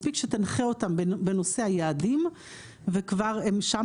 מספק שתנחה אותם בנושא היעדים וכבר הם שם